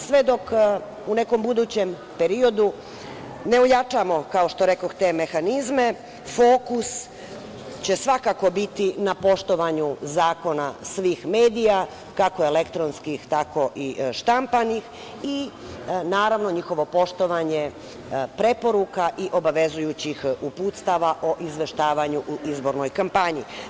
Sve dok u nekom budućem periodu ne ojačamo, kao što rekoh, te mehanizme fokus će svakako biti na poštovanju zakona svih medija, kako elektronskih, tako i štampanih i naravnog njihovo poštovanje preporuka i obavezujućih uputstava o izveštavanju u izbornoj kampanji.